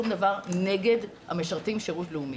משהו נגד המשרתים בשירות לאומי.